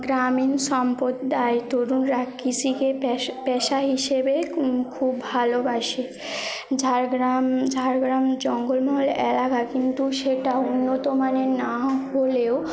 গ্রামীণ সম্পদায় তরুণরা কৃষিকে পেশা হিসেবে খুব ভালোবাসে ঝাড়গ্রাম ঝাড়গ্রাম জঙ্গলমহল এলাকা কিন্তু সেটা উন্নতমানের না হলেও